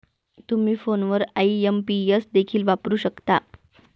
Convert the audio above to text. तुम्ही फोनवर आई.एम.पी.एस देखील वापरू शकता